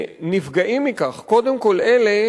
ונפגעים מכך, קודם כול, אלה